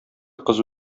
кыз